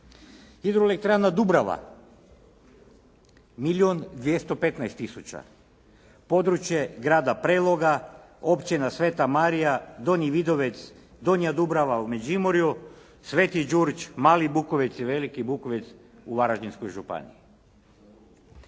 Hidroelektrana Dubrava milijun 215 tisuća, područje grada Preloga, Općina Sveta Marija, Donji Vidovec, Donja Dubrava u Međimurju, Sveti Đurš, Mali Bukovec i Veliki Bukovec u Varaždinskoj županiji.